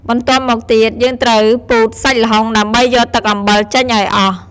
បន្ទាប់មកទៀត យើងត្រូវពូតសាច់ល្ហុងដើម្បីយកទឹកអំបិលចេញឱ្យអស់។